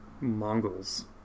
Mongols